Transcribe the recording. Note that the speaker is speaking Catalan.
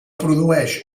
produeix